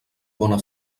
bona